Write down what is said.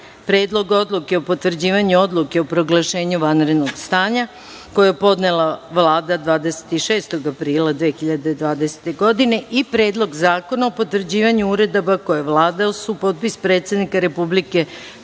Predlog odluke o potvrđivanju Odluke o proglašenju vanrednog stanja, koju je podnela Vlada, 26. aprila 2020. godine i2. Predlog zakona o potvrđivanju uredaba koje je Vlada uz supotpis predsednika Republike